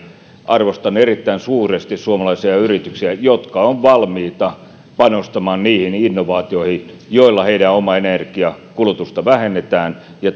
arvostan erittäin suuresti suomalaisia yrityksiä jotka ovat valmiita panostamaan niihin innovaatioihin joilla heidän omaa energiankulutusta vähennetään ja